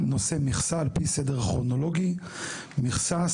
על-פי סדר כרונולוגי: מכסה,